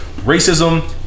racism